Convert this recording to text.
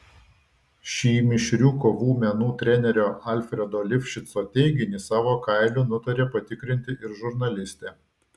šį mišrių kovų menų trenerio alfredo lifšico teiginį savo kailiu nutarė patikrinti ir žurnalistė